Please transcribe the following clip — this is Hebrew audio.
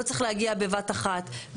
לא צריך להגיע בבת אחת.